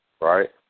right